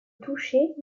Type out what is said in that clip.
toucher